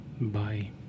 Bye